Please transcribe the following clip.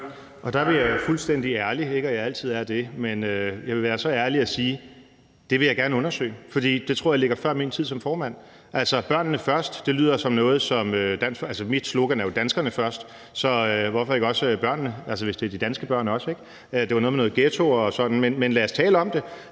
jeg jo være fuldstændig ærlig – og det er ikke, fordi jeg ikke altid er det – men jeg vil være så ærlig at sige, at det vil jeg gerne undersøge, for det tror jeg ligger før min tid som formand. Altså, mit slogan er jo »danskerne først«, så hvorfor ikke også børnene, hvis det også er de danske børn, ikke? Det var noget med nogle ghettoer og sådan, men lad os tale om det.